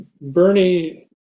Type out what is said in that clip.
Bernie